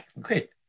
great